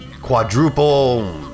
quadruple